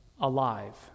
alive